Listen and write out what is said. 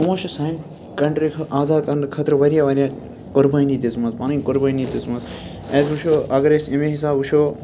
یِمو چھِ سانہِ کَنٹری آزاد کَرنہٕ خٲطرٕ واریاہ واریاہ قۄربٲنی دِژمٕژ پَنٕنۍ قۄربٲنی دِژمٕژ أسۍ وٕچھو اَگر أسۍ امے حِساب وٕچھو